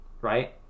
right